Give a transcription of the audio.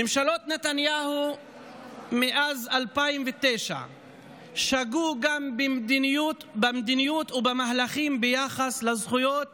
ממשלות נתניהו מאז 2009 שגו גם במדיניות ובמהלכים ביחס לזכויות